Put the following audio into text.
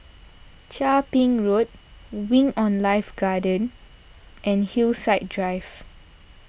Chia Ping Road Wing on Life Garden and Hillside Drive